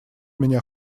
меня